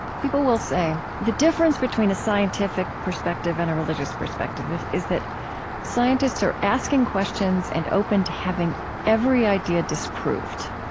people will say the difference between a scientific perspective and a religious perspective is that scientists are asking questions and open to having every idea disproved.